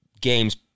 games